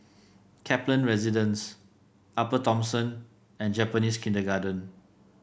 Kaplan Residence Upper Thomson and Japanese Kindergarten